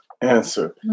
answer